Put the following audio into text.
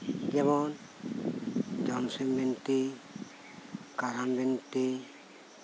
ᱡᱮᱢᱚᱱ ᱡᱚᱢᱥᱤᱢ ᱵᱤᱱᱛᱤ ᱠᱟᱨᱟᱢ ᱵᱤᱱᱛᱤ